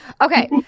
Okay